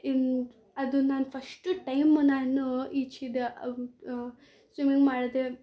ಅದು ನಾನು first time ನಾನು ಈಜಿದ ಸ್ವಿಮಿಂಗ್ ಮಾಡಿದೆ